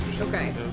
Okay